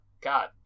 God